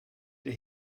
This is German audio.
der